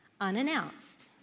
unannounced